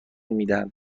میدهند